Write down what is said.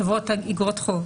חברות אגרות חוב.